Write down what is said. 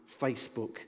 Facebook